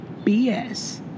BS